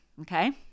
okay